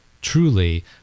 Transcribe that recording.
truly